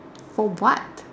oh god